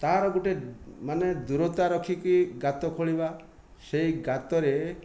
ତା'ର ଗୋଟେ ମାନେ ଦୂରତା ରଖିକି ଗାତ ଖୋଳିବା ସେହି ଗାତରେ